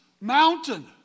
mountain